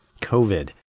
COVID